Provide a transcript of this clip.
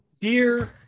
Dear